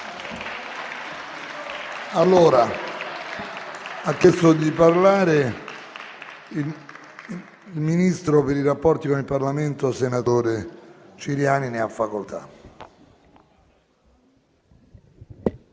generale. Ha chiesto di intervenire il ministro per i rapporti con il Parlamento, senatore Ciriani. Ne ha facoltà.